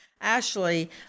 Ashley